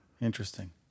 Interesting